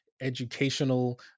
educational